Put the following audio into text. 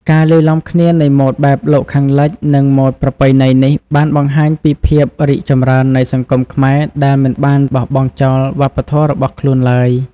ការលាយឡំគ្នានៃម៉ូដបែបលោកខាងលិច និងម៉ូដប្រពៃណីនេះ បានបង្ហាញពីភាពរីកចម្រើននៃសង្គមខ្មែរដែលមិនបានបោះបង់ចោលវប្បធម៌របស់ខ្លួនឡើយ។